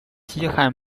西汉